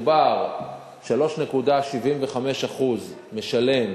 3.75% משלם